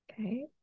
okay